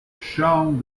charmes